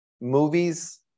movies